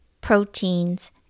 proteins